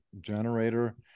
Generator